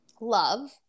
Love